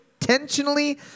intentionally